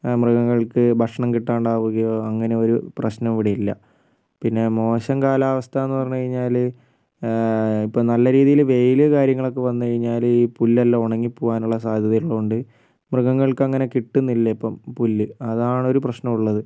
മൃഗങ്ങൾക്ക് ഭക്ഷണം കിട്ടാണ്ട് ആവുകയോ അങ്ങനെ ഒരു പ്രശ്നവും ഇവിടെയില്ല പിന്നെ മോശം കാലാവസ്ഥയെന്ന് പറഞ്ഞു കഴിഞ്ഞാൽ ഇപ്പോൾ നല്ല രീതിയിൽ വെയിൽ കാര്യങ്ങളൊക്കെ വന്നുകഴിഞ്ഞാൽ ഈ പുല്ലെല്ലാം ഉണങ്ങിപ്പോവാനുള്ള സാധ്യത ഉള്ളതുകൊണ്ട് മൃഗങ്ങൾക്കങ്ങനെ കിട്ടുന്നില്ല ഇപ്പം പുല്ല് അതാണൊരു പ്രശ്നം ഉള്ളത്